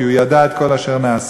כי הוא ידע את כל אשר נעשה.